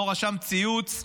שלא רשם ציוץ,